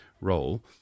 role